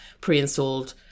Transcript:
pre-installed